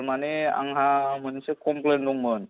माने आंहा मोनसे कमप्लेन दंमोन